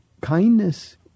Kindness